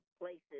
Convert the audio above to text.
places